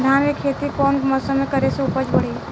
धान के खेती कौन मौसम में करे से उपज बढ़ी?